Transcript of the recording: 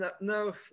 No